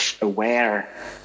aware